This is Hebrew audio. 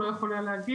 הוא לא יכול היה להגיע,